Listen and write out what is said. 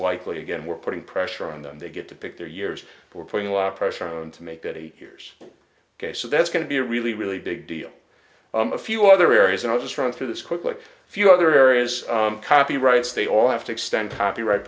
likely again we're putting pressure on them they get to pick their years we're putting a lot of pressure on to make that eight years ok so that's going to be a really really big deal a few other areas and i'll just run through this quickly a few other areas copyrights they all have to extend happy right